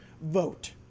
vote